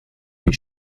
wie